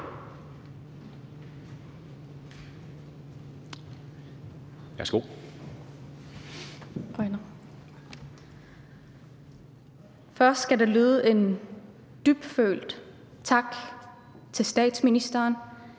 Der skal først lyde en dybfølt tak til statsministeren